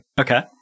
Okay